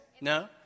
No